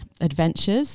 adventures